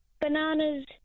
bananas